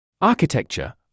Architecture